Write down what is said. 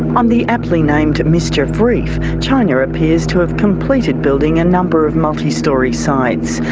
on the aptly named mischief reef, china appears to have completed building a number of multi-storey sites.